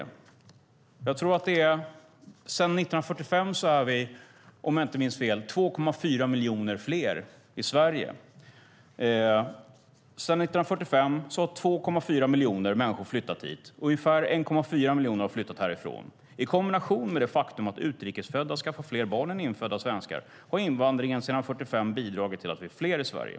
Om jag inte minns fel är vi 2,4 miljoner fler i Sverige jämfört med 1945. Sedan 1945 har 2,4 miljoner människor flyttat hit. Ungefär 1,4 miljoner har flyttat härifrån. I kombination med det faktum att utrikes födda skaffar fler barn än infödda svenskar har invandringen sedan 1945 bidragit till att vi är fler i Sverige.